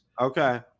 Okay